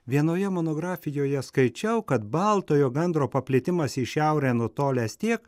vienoje monografijoje skaičiau kad baltojo gandro paplitimas į šiaurę nutolęs tiek